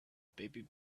baby